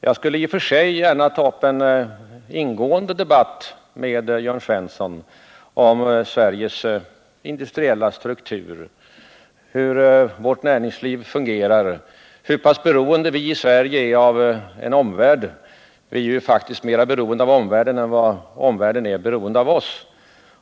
Jag skulle i och för sig gärna ta upp en ingående diskussion med Jörn Svensson om Sveriges industriella struktur, hur vårt näringsliv fungerar, hur beroende vi i Sverige är av vår omvärld — vi är faktiskt mer beroende av omvärlden än omvärlden av oss.